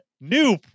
new